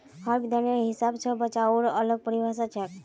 हर विद्वानेर हिसाब स बचाउर अलग परिभाषा छोक